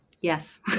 Yes